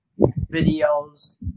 videos